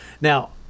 Now